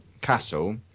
castle